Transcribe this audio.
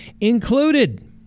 included